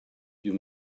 you